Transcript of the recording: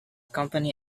company